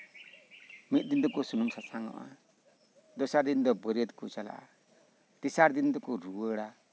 ᱢᱤᱫ ᱫᱤᱱ ᱫᱚᱠᱚ ᱥᱩᱱᱩᱢ ᱥᱟᱥᱟᱝ ᱚᱜᱼᱟ ᱫᱚᱥᱟᱨ ᱫᱤᱱ ᱫᱚ ᱵᱟᱹᱨᱭᱟᱹᱛ ᱠᱚ ᱪᱟᱞᱟᱜᱼᱟ ᱛᱮᱥᱟᱨ ᱫᱤᱱ ᱫᱚᱠᱚ ᱨᱩᱣᱟᱹᱲᱟ